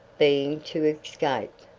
being to escape.